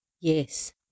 yes